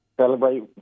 celebrate